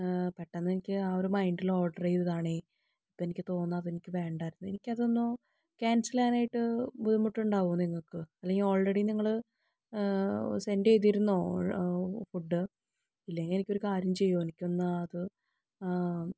പെട്ടെന്ന് എനിക്ക് ഞാൻ ആ ഒരു മൈൻഡിൽ ഓർഡർ ചെയ്തതാണെ അപ്പം എനിക്ക് തോന്നുന്നത് അത് വേണ്ടായിരുന്നു എനിക്ക് അതൊന്ന് ക്യാൻസൽ ചെയ്യാൻ ആയിട്ട് ബുദ്ധിമുട്ടുണ്ടാകുമോ നിങ്ങൾക്ക് അല്ലെങ്കിൽ ഓൾറെഡി നിങ്ങള് സെൻറ് ചെയ്തിരുന്നോ ഫുഡ് ഇല്ലെങ്കിൽ എനിക്കൊരു കാര്യം ചെയ്യുമോ എനിക്ക് അത്